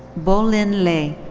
boa-lin lai.